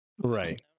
right